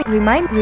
Remind